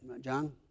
John